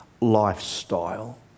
lifestyle